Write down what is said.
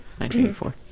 1984